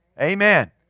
Amen